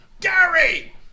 Gary